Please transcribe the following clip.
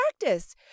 practice